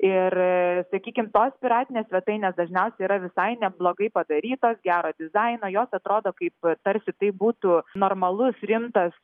ir sakykim tos piratinės svetainės dažniausiai yra visai neblogai padarytos gero dizaino jos atrodo kaip tarsi tai būtų normalus rimtas